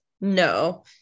no